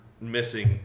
missing